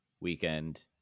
weekend